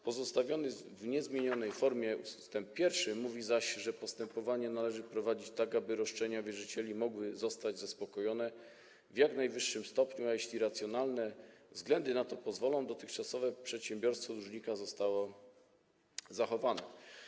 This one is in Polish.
Pozostawiony w niezmienionej formie ust. 1 mówi zaś, że postępowanie należy prowadzić tak, aby roszczenia właścicieli mogły zostać zaspokojone w jak najwyższym stopniu, a jeśli racjonalne względy na to pozwolą, dotychczasowe przedsiębiorstwo dłużnika zostaje zachowane.